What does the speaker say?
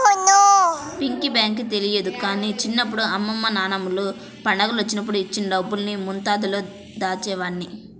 piggy bank తెలియదు గానీ చిన్నప్పుడు అమ్మమ్మ నాన్నమ్మలు పండగలప్పుడు ఇచ్చిన డబ్బుల్ని ముంతలో దాచేవాడ్ని